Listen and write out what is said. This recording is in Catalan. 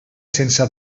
sense